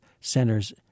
Center's